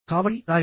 కాబట్టి వ్రాయండి